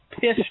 piss